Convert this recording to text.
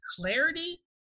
clarity